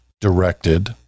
directed